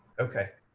okay.